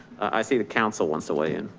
i see the council once away in,